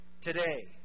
today